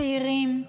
צעירים,